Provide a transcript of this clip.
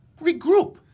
regroup